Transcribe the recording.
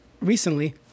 recently